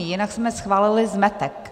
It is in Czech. Jinak jsme schválili zmetek.